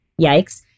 yikes